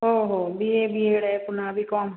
हो हो B A B Ed A पुन्हा बी कॉम